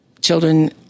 children